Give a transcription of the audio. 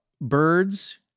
birds